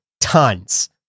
tons